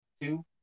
two